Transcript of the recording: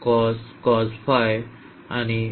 तर आणि